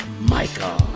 Michael